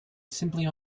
simply